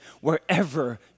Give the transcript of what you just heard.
wherever